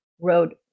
road